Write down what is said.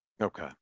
Okay